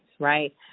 right